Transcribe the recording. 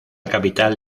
capital